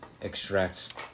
Extract